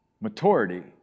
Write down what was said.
maturity